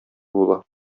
була